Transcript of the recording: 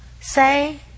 say